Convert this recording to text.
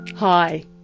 Hi